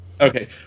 Okay